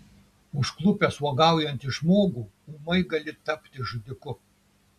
užklupęs uogaujantį žmogų ūmai gali tapti žudiku